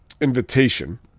invitation